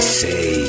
say